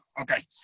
okay